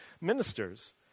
ministers